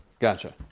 Gotcha